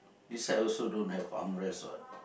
this side also don't have armrest what